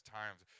times